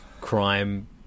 crime